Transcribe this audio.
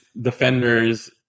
defenders